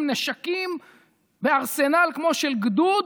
עם נשקים בארסנל כמו של גדוד,